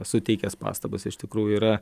esu teikęs pastabas iš tikrųjų yra